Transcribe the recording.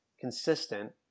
consistent